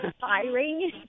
firing